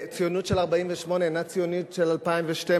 ציונות של 1948 אינה ציונות של 2012,